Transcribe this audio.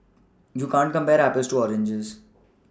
you can't compare Apples to oranges